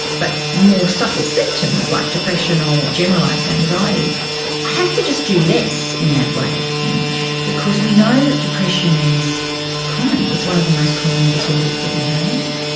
but more subtle symptoms like depression or generalised anxiety, i have to just do less in that way, you know because we know that depression is common, it's one of the most common disorders that we have.